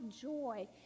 joy